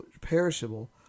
perishable